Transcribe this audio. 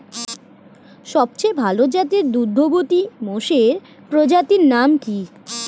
সবচেয়ে ভাল জাতের দুগ্ধবতী মোষের প্রজাতির নাম কি?